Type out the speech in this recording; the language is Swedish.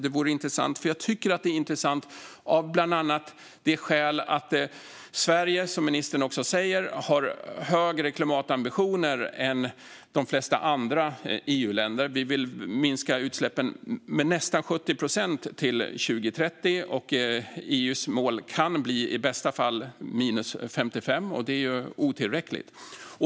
Det vore intressant att höra, bland annat av det skäl att Sverige, som ministern säger, har högre klimatambitioner än de flesta andra EU-länder. Vi vill minska utsläppen med nästan 70 procent till 2030, och EU:s mål kan bli i bästa fall minus 55 procent. Det är otillräckligt.